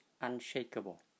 unshakable